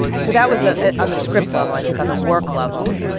so that was ah on the script level, i think, on the work level.